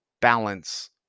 balance